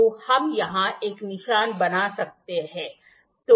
तो हम यहाँ एक निशान बना सकते हैं